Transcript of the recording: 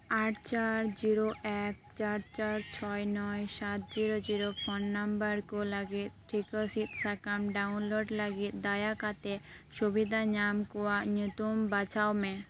ᱟᱴ ᱪᱟᱨ ᱡᱤᱨᱳ ᱮᱠ ᱪᱟᱨ ᱪᱟᱨ ᱪᱷᱚᱭ ᱱᱚᱭ ᱥᱟᱛ ᱡᱤᱨᱳ ᱡᱤᱨᱳ ᱯᱷᱳᱱ ᱱᱟᱢᱵᱟᱨ ᱠᱚ ᱞᱟᱜᱤᱫ ᱴᱷᱤᱠᱟᱹ ᱥᱤᱫ ᱥᱟᱠᱟᱢ ᱰᱟᱣᱩᱱᱞᱳᱰ ᱞᱟᱹᱜᱤᱫ ᱫᱟᱭᱟ ᱠᱟᱛᱮ ᱥᱩᱵᱤᱫᱷᱟ ᱧᱟᱢ ᱠᱚᱣᱟᱜ ᱧᱩᱛᱩᱢ ᱵᱟᱪᱷᱟᱣ ᱢᱮ